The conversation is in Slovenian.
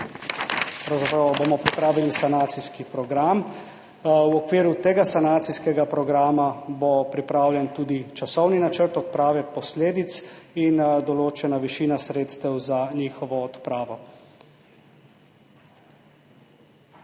bomo pripravili sanacijski program. V okviru tega sanacijskega programa bo pripravljen tudi časovni načrt odprave posledic in določena višina sredstev za njihovo odpravo.